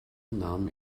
nahm